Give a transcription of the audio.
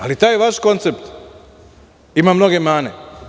Ali taj vaš koncept ima mnoge mane.